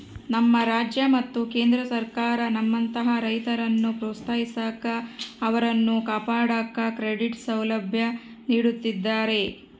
ನಮ್ಮ ರಾಜ್ಯ ಮತ್ತು ಕೇಂದ್ರ ಸರ್ಕಾರ ನಮ್ಮಂತಹ ರೈತರನ್ನು ಪ್ರೋತ್ಸಾಹಿಸಾಕ ಅವರನ್ನು ಕಾಪಾಡಾಕ ಕ್ರೆಡಿಟ್ ಸೌಲಭ್ಯ ನೀಡುತ್ತಿದ್ದಾರೆ